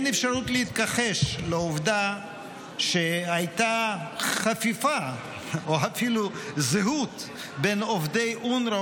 אין אפשרות להתכחש לעובדה שהייתה חפיפה או אפילו זהות בין עובדי אונר"א